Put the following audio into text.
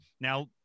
Now